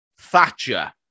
Thatcher